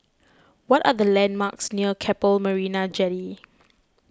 what are the landmarks near Keppel Marina Jetty